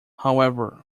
however